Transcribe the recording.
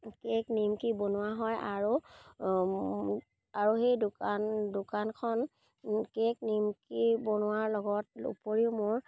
cake নিমকি বনোৱা হয় আৰু আৰু সেই দোকান দোকানখন কেক নিমকি বনোৱাৰ লগত উপৰিও মোৰ